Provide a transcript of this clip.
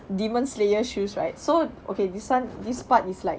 demon slayer shoes right so okay this one this part is like